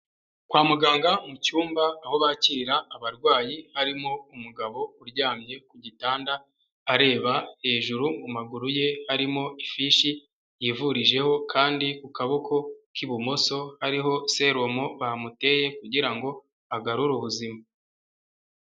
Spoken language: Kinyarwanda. Kwa muganga mu cyumba aho bakira abarwayi harimo umugabo uryamye ku gitanda areba hejuru. Mu maguru ye harimo ifishi yivurijeho kandi ku kaboko k'ibumoso hariho selomo bamuteye kugira ngo agarure ubuzima.